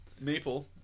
Maple